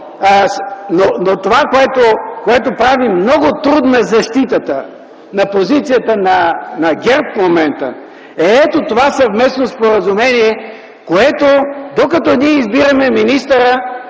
Това, което прави много трудна защитата на позицията на ГЕРБ в момента, е ето това съвместно споразумение (показва го), което, докато ние избираме министъра,